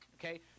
okay